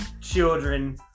children